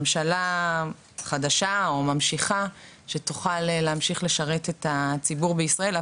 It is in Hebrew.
ממשלה חדשה או ממשיכה שתוכל להמשיך לשרת את הציבור בישראל.